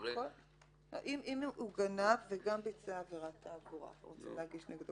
אם הוא גנב וגם ביצע עבירת תעבורה ורוצים להגיש נגדו